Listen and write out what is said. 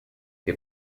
wir